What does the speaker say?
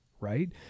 right